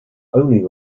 only